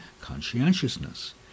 conscientiousness